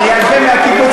נביא, אל תדאג.